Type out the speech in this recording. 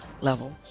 level